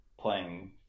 playing